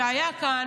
שהיה כאן